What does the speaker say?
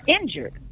injured